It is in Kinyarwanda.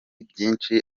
byinshi